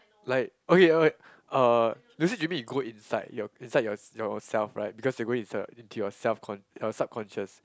like okay okay uh lucid dreaming you go inside your inside your yourself right because they go inside into your self~ your subconscious